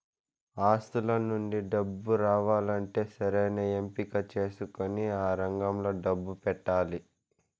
ఆస్తుల నుండి డబ్బు రావాలంటే సరైన ఎంపిక చేసుకొని ఆ రంగంలో డబ్బు పెట్టాలి